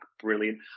brilliant